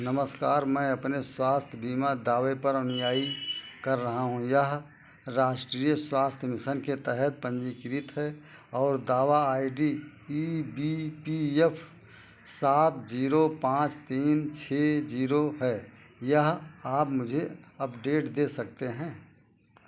नमस्कार मैं अपने स्वास्थ्य बीमा दावे पर अनुयायी कर रहा हूँ यह राष्ट्रीय स्वास्थ्य मिशन के तहत पंजीकृत है और दावा I D E B P F सात जीरो पाँच तीन छः जीरो है यह आप मुझे अपडेट दे सकते हैं